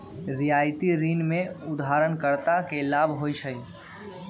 रियायती ऋण में उधारकर्ता के लाभ होइ छइ